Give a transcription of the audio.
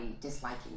disliking